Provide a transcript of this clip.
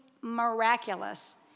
miraculous